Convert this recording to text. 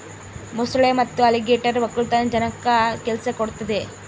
ಮೊಸಳೆ ಮತ್ತೆ ಅಲಿಗೇಟರ್ ವಕ್ಕಲತನ ಜನಕ್ಕ ಕೆಲ್ಸ ಕೊಡ್ತದೆ